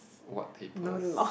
what papers